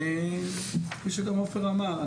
כפי שגם עופר אמר,